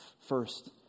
First